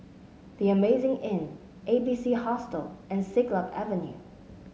The Amazing Inn A B C Hostel and Siglap Avenue